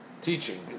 teaching